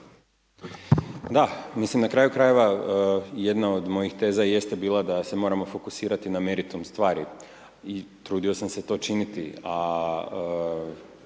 Da, mislim na kraju krajeva jedna od mojih teza jeste bila da se moramo fokusirati na meritum stvari i trudio sam se to činiti a